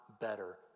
better